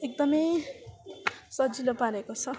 एकदमै सजिलो पारेको छ